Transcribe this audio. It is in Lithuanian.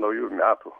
naujų metų